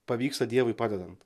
pavyksta dievui padedant